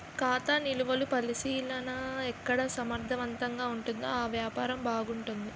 ఖాతా నిలువలు పరిశీలన ఎక్కడ సమర్థవంతంగా ఉంటుందో ఆ వ్యాపారం బాగుంటుంది